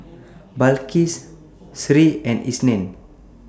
Balqis Sri and Isnin